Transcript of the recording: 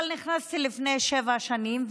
אבל נכנסתי לפני שבע שנים,